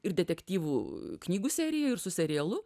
ir detektyvų knygų serija ir su serialu